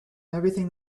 everything